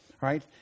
right